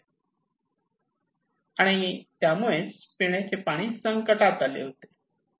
आणि त्यामुळे पिण्याचे पाणी संकटात आले होते